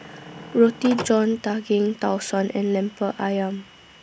Roti John Daging Tau Suan and Lemper Ayam